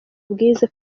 bwiza